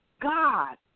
God